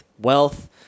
wealth